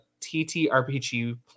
TTRPG